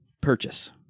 purchase